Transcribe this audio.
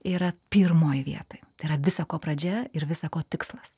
yra pirmoj vietoj tai yra visa ko pradžia ir visa ko tikslas